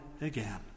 again